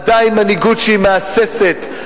עדיין מנהיגות שהיא מהססת,